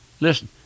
listen